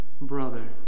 brother